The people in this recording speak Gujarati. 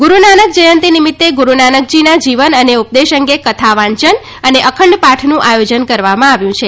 ગુરૂ નાનક જયંતિ નિમિત્તે ગુરૂનાનકજીના જીવન અને ઉપદેશ અંગે કથા વાંચન અને અખંડ પાઠનું આયોજન કરવામાં આવ્યું છે